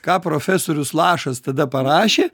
ką profesorius lašas tada parašė